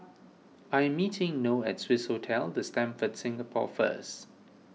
I'm meeting Noe at Swissotel the Stamford Singapore first